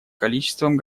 количеством